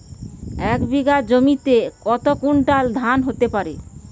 এক বিঘা জমিতে কত কুইন্টাল ধান হতে পারে?